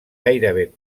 gairebé